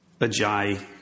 Ajay